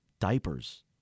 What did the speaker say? diapers